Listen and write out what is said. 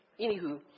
Anywho